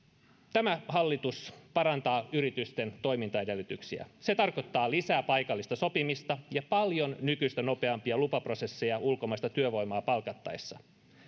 tämä hallitus parantaa yritysten toimintaedellytyksiä se tarkoittaa lisää paikallista sopimista ja paljon nykyistä nopeampia lupaprosesseja ulkomaista työvoimaa palkattaessa